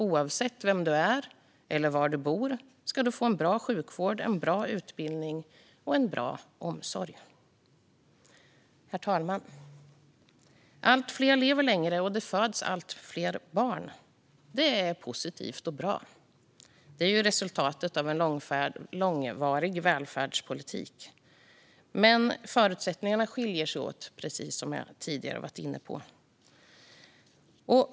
Oavsett vem du är eller var du bor ska du få en bra sjukvård, en bra utbildning och en bra omsorg. Herr talman! Allt fler lever längre, och det föds allt fler barn. Det är positivt och bra. Det är resultatet av en långvarig välfärdspolitik. Men förutsättningarna skiljer sig åt, som jag tidigare varit inne på.